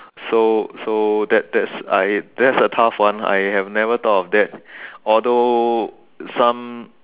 so so that that's I that's a tough one I have never thought of that although some